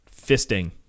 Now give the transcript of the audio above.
fisting